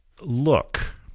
Look